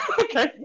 okay